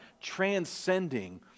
transcending